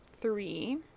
three